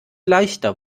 leichter